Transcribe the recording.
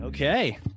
okay